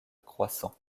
croissant